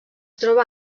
troba